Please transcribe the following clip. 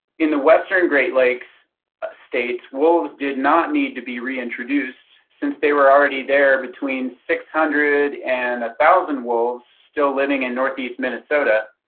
in the western great lakes states wolves did not need to be reintroduced, since they were already there between six hundred and one thousand wolves still living in northeast minnesota.